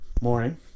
morning